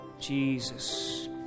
Jesus